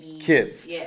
Kids